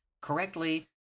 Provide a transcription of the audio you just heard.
correctly